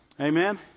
Amen